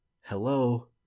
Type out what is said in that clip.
Hello